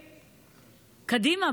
קדימה,